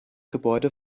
gebäude